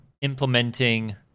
implementing